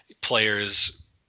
players